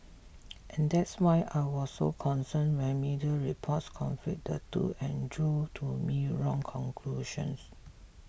and that's why I was so concerned when media reports conflate the two and drew to me wrong conclusions